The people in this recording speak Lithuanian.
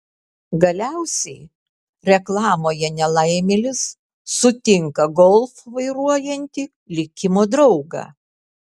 galiausiai reklamoje nelaimėlis sutinka golf vairuojantį likimo draugą